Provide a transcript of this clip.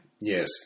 Yes